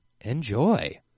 Enjoy